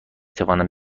توانم